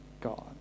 God